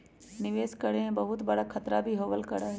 निवेश करे में बहुत बडा खतरा भी होबल करा हई